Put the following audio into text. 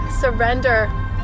Surrender